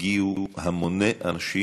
הגיעו המוני אנשים,